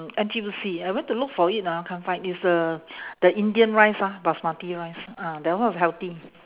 N_T_U_C I went to look for it ah can't find is the the indian rice ah basmati rice ah that one is healthy